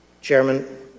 Chairman